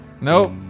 Nope